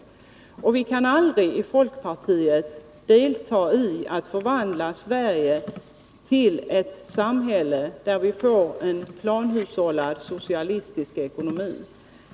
Vi i folkpartiet kan aldrig medverka till att Sverige förvandlas till ett samhälle med planhushållad socialistisk ekonomi.